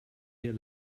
here